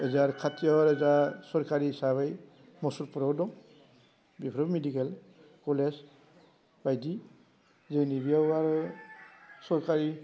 ओजों आरो खाथियाव जाहा सरखारि हिसाबै मुसलफुराव दं बेफोरो मेडिकेल कलेज बायदि जोंनि बियाव आरो सरखारि